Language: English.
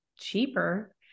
cheaper